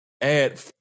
add